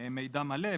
מידע מלא,